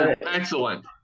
excellent